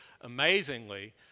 amazingly